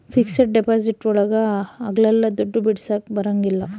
fixed deposit ಒಳಗ ಅಗ್ಲಲ್ಲ ದುಡ್ಡು ಬಿಡಿಸಕ ಬರಂಗಿಲ್ಲ